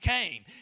came